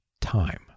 time